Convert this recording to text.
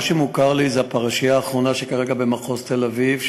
מה שמוכר לי זה הפרשייה האחרונה כרגע במחוז תל-אביב,